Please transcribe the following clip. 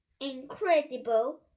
incredible